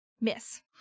miss